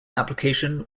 application